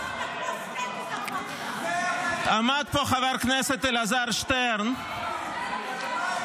השר אלקין, רק שנייה.